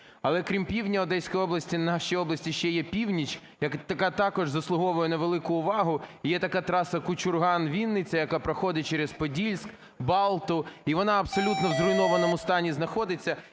Але крім півдня Одеської області в нашій області є ще північ, яка також заслуговує на велику увагу. І є така траса Кучурган-Вінниця, яка проходить через Подільск, Балту, і вона абсолютно в зруйнованому стані знаходиться.